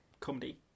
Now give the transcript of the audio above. Comedy